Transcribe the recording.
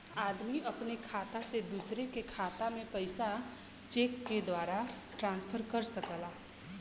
आदमी अपने खाता से दूसरे के खाता में पइसा चेक के द्वारा ट्रांसफर कर सकला